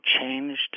changed